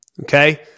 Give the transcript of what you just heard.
okay